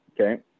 okay